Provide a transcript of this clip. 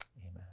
Amen